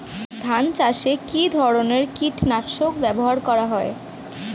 ধান চাষে কী ধরনের কীট নাশক ব্যাবহার করা হয়?